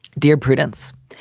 dear prudence,